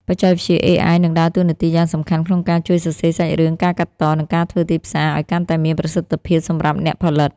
បច្ចេកវិទ្យា AI នឹងដើរតួនាទីយ៉ាងសំខាន់ក្នុងការជួយសរសេរសាច់រឿង ការកាត់ត និងការធ្វើទីផ្សារឱ្យកាន់តែមានប្រសិទ្ធភាពសម្រាប់អ្នកផលិត។